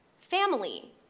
family